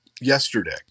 yesterday